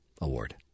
award